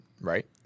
Right